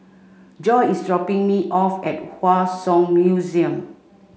Joi is dropping me off at Hua Song Museum